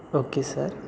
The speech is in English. okay sir